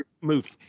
movie